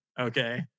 okay